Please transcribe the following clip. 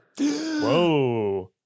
Whoa